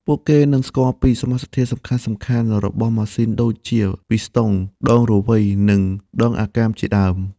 ពួកគេនឹងស្គាល់ពីសមាសធាតុសំខាន់ៗរបស់ម៉ាស៊ីនដូចជា ពីស្តុង, ដងរវៃ និង ដងអាកាម ជាដើម។